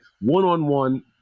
one-on-one